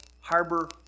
Harbor